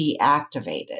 deactivated